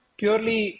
purely